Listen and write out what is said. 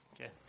Okay